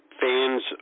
fans